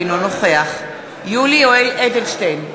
אינו נוכח יולי יואל אדלשטיין,